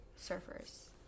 Surfers